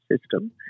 system